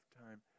time